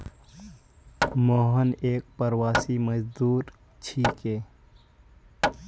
मोहन एक प्रवासी मजदूर छिके